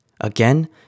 Again